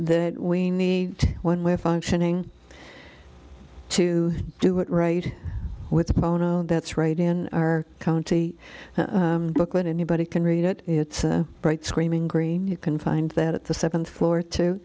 that we need when we're functioning to do it right with bono that's right in our county booklet anybody can read it it's a bright screaming green you can find that at the seventh floor to